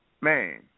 Man